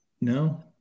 No